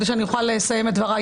כדי שאני אוכל לסיים את דבריי.